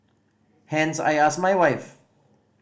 hence I asked my wife